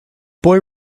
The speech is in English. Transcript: boy